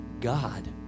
God